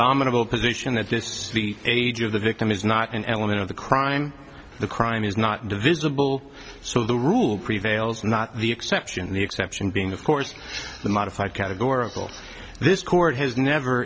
domitable position that just the age of the victim is not an element of the crime the crime is not divisible so the rule prevails not the exception the exception being of course the modified categorical this court has never